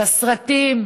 לסרטים.